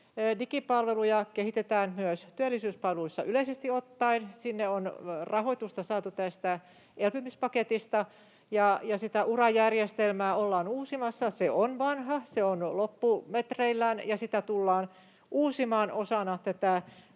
Digipalveluja kehitetään myös työllisyyspalveluissa yleisesti ottaen. Sinne on rahoitusta saatu tästä elpymispaketista, ja sitä Ura-järjestelmää ollaan uusimassa. Se on vanha, se on loppumetreillään, ja sitä tullaan uusimaan osana